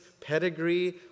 pedigree